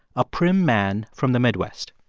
a prim man from the midwest